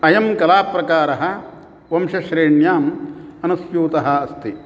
अयं कलाप्रकारः वंशश्रेण्याम् अनुस्यूतः अस्ति